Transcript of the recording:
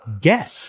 get